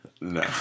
No